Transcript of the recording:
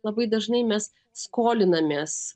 labai dažnai mes skolinamės